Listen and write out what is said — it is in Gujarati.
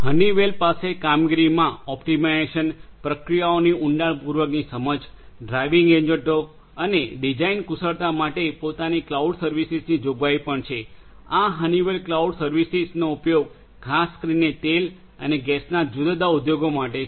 હનીવેલ પાસે કામગીરીમાં ઓપ્ટિમાઇઝેશન પ્રક્રિયાઓની ઉડાણપૂર્વકની સમજ ડ્રાઇવિંગ એજન્ટો અને ડિઝાઇન કુશળતા માટે પોતાની ક્લાઉડ સર્વિસની જોગવાઈ પણ છે આ હનીવેલ ક્લાઉડ સર્વિસનો ઉપયોગ ખાસ કરીને તેલ અને ગેસના જુદા જુદા ઉદ્યોગો માટે છે